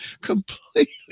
completely